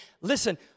listen